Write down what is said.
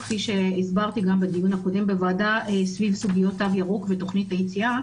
כפי שהסברתי גם בדיון הקודם בוועדה סביב סוגיות תו ירוק ותוכנית היציאה,